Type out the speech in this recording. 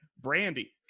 Brandy